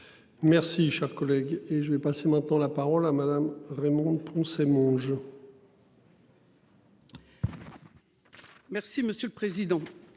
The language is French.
Merci cher collègue. Et je vais passer maintenant la parole à Madame Raymonde Poncet mon jeu. Merci monsieur le président.